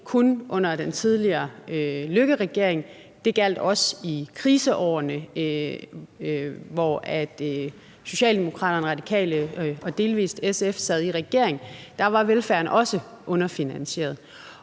kun under den tidligere Løkkeregering. Det gjaldt også i kriseårene, hvor Socialdemokraterne, De Radikale og delvis SF sad i regering. Der var velfærden også underfinansieret,